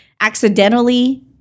Accidentally